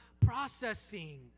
processing